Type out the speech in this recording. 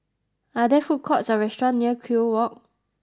are there food courts or restaurant near Kew Walk